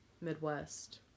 midwest